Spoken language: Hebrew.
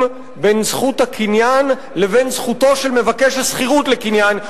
בין זכות הקניין לבין זכותו של מבקש השכירות לקניין,